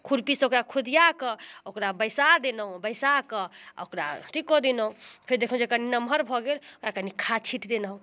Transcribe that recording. खुरपीसँ ओकरा खोदिआ कऽ ओकरा बैसा देलहुँ बैसाकऽ ओकरा अथी कऽ देलहुँ फेर देखलहुँ जे कनि नमहर भऽ गेल ओकरा कनि खाद छीटि देलहुँ